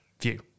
view